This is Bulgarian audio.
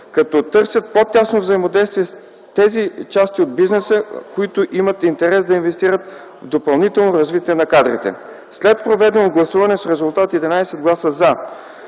като търсят по-тясно взаимодействие с тези части от бизнеса, които имат интерес да инвестират в допълнителното развитие на кадрите. След проведено гласуване с резултат от 11 гласа „за”,